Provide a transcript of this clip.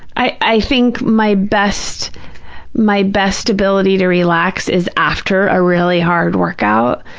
i i think my best my best ability to relax is after a really hard workout.